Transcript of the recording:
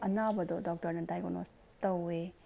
ꯑꯅꯥꯕꯗꯣ ꯗꯣꯛꯇꯔꯅ ꯗꯥꯏꯒꯣꯅꯣꯁ ꯇꯧꯋꯦ